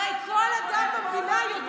הרי כל אדם במדינה יודע